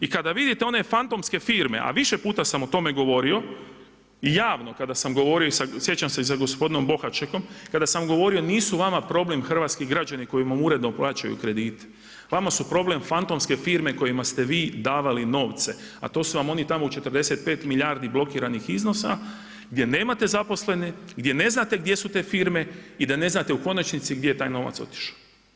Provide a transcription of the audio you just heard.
I kada vidite one fantomske firme a više puta sam o tome govorio i javno kada sam govorio, sjećam se i sa gospodinom Bohačekom, kada sam mu govorio, nisu vama problem hrvatski građani koji vam uredno plaćaju kredite, vama su problem fantomske firme kojima ste vi davali novce a to su vam oni tamo u 45 milijardi blokiranih iznosa, gdje nemate zaposlene, gdje ne znate gdje su te firme i da ne znate u konačnici gdje je taj novac otišao.